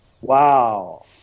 Wow